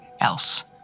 else